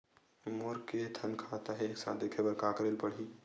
मोर के थन खाता हे एक साथ देखे बार का करेला पढ़ही?